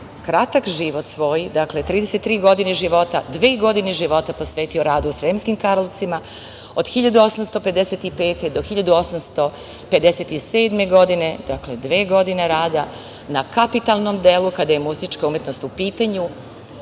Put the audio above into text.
kratak život svoj, dakle 33 godine života, dve godine života posvetio radu u Sremskim Karlovcima, od 1855. do 1857. godine. Dakle, dve godine rada na kapitalnom delu kada je muzička umetnost u pitanju